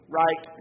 right